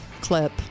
clip